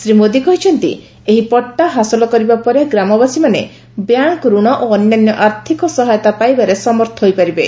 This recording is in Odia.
ଶ୍ରୀ ମୋଦି କହିଛନ୍ତି ଏହି ପଟ୍ଟା ହାସଲକରିବା ପରେ ଗ୍ରାମବାସୀମାନେ ବ୍ୟାଙ୍କ୍ ରଣ ଓ ଅନ୍ୟାନ୍ୟ ଆର୍ଥିକ ସହାୟତା ପାଇବାରେ ସମର୍ଥ ହୋଇପାରିବେ